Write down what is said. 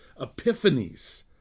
epiphanies